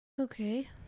Okay